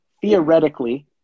theoretically